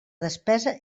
despesa